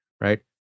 right